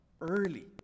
early